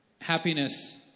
Happiness